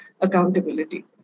accountability